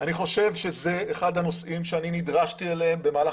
אני חושב שזה אחד הנושאים שאני נדרשתי אליהם במהלך